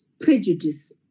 prejudice